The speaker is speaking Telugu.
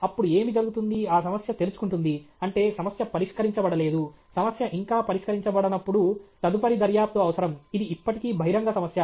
అప్పుడు ఏమి జరుగుతుంది ఆ సమస్య తెరుచుకుంటుంది అంటే సమస్య పరిష్కరించబడలేదు సమస్య ఇంకా పరిష్కరించబడనప్పుడు తదుపరి దర్యాప్తు అవసరం ఇది ఇప్పటికీ బహిరంగ సమస్య